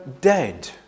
dead